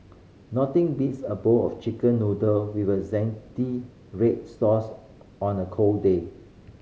nothing beats a bowl of Chicken Noodle with a zingy red sauce on a cold day